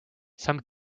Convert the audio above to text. some